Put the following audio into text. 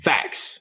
Facts